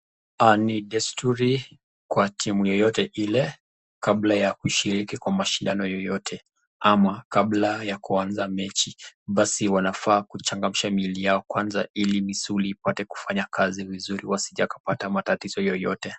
Ni desturi kwa timu yeyote ile kabla ya kushiriki kwa mashindano yoyote ama kabla ya kuanza mechi basi wanafa kuchangamsha mwili yao kwanza ili misuli ipate kufanya kazi vizuri wasije wakapata matatizo yoyote.